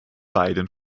beiden